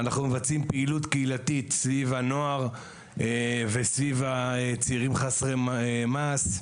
אנחנו מבצעים פעילות קהילתית סביב הנוער וסביב צעירים חסרי מעש.